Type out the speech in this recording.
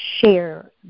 Share